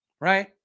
Right